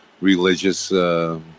religious